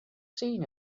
seen